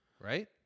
right